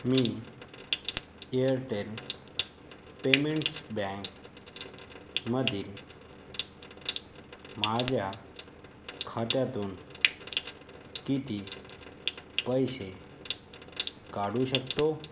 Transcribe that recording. मी Airtel payments बँकमधील माझ्या खात्यातून किती पैसे काढू शकतो